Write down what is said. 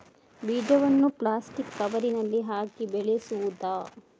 ಬೀಜವನ್ನು ಪ್ಲಾಸ್ಟಿಕ್ ಕವರಿನಲ್ಲಿ ಹಾಕಿ ಬೆಳೆಸುವುದಾ?